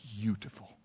beautiful